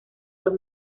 los